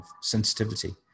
sensitivity